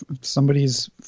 somebody's